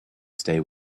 stay